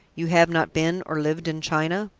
you have not been or lived in china?